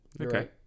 Okay